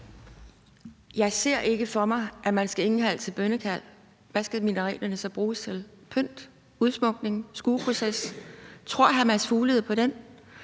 Jeg ser ikke for mig, at man ikke vil indkalde til bønnekald. Hvad skal minareterne så bruges til – pynt, udsmykning, skueproces? Tror hr. Mads Fuglede på den?